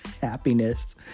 happiness